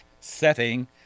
setting